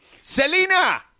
Selena